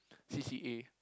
C_C_A